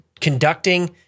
conducting